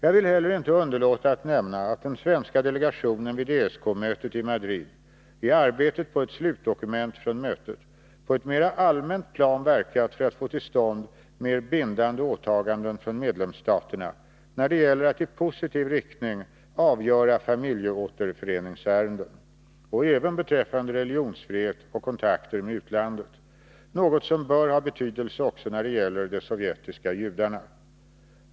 Jag vill heller inte underlåta att nämna att den svenska delegationen vid ESK-mötet i Madrid i arbetet på ett slutdokument från mötet på ett mera allmänt plan verkat för att få till stånd mer bindande åtaganden från medlemsstaterna när det gäller att i positiv riktning avgöra familjeåterföreningsärenden, och även beträffande religionsfrihet och kontakter med utlandet, något som bör ha betydelse också då det gäller de sovjetiska judarna.